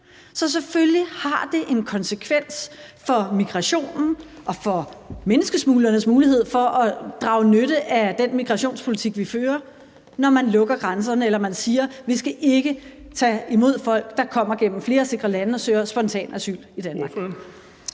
Så selvfølgelig har det en konsekvens for migrationen og for menneskesmuglernes mulighed for at drage nytte af den migrationspolitik, vi fører, når man lukker grænserne eller man siger: Vi skal ikke tage imod folk, der kommer gennem flere sikre lande og søger spontant asyl i Danmark.